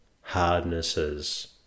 hardnesses